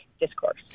discourse